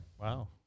Wow